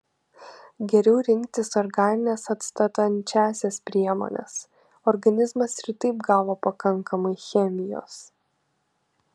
geriau rinktis organines atstatančias priemones organizmas ir taip gavo pakankamai chemijos